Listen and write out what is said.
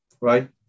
right